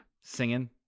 singing